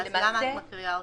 אז למה את מקריאה אותו?